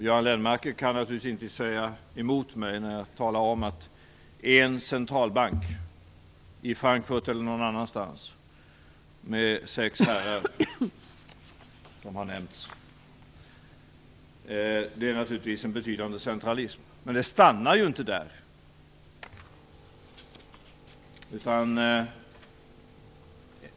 Göran Lennmarker kan naturligtvis inte säga emot mig när jag säger att en centralbank i Frankfurt eller någon annanstans med sex herrar, vilket har nämnts, naturligtvis innebär en betydande centralism. Men det stannar ju inte där.